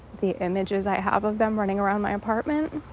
the images i have of them running around my apartment.